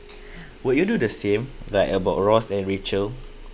would you do the same like about ross and rachel